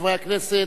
חברי הכנסת,